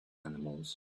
animals